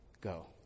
go